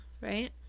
right